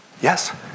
Yes